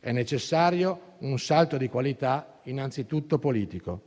è necessario un salto di qualità, innanzitutto politico.